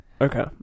Okay